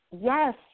Yes